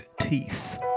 Teeth